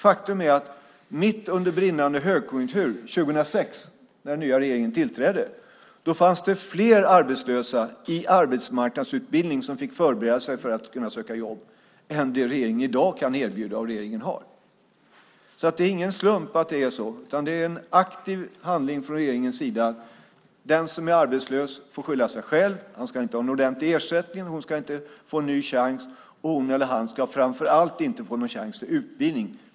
Faktum är att mitt under brinnande högkonjunktur 2006, när den nya regeringen tillträdde, fanns det fler arbetslösa i arbetsmarknadsutbildning som fick förbereda sig för att kunna söka jobb än vad som är fallet i dag när det gäller vad regeringen kan erbjuda. Det är alltså ingen slump att det är så, utan det är en aktiv handling från regeringens sida. Den som är arbetslös får skylla sig själv. Han eller hon ska inte ha en ordentlig ersättning, ska inte få en ny chans och ska framför allt inte få någon chans till utbildning.